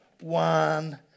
one